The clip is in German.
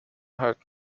halten